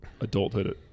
adulthood